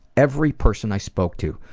every person i spoke to,